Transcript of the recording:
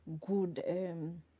good